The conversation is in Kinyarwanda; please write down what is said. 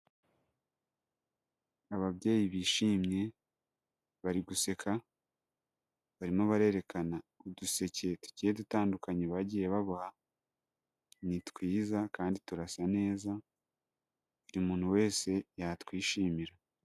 Ababyeyi bishimye bari guseka barimo barerekana uduseke tugiye dutandukanye bagiye ba nitwiza kandi turasa neza buri umuntu wese yatwishimira.